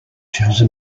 chose